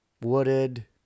Wooded